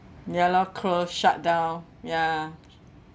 ya lor closed shut down ya